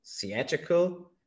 theatrical